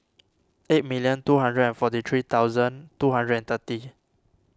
eight million two hundred and forty three thousand two hundred and thirty